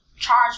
Charge